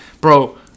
Bro